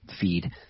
feed